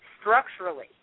structurally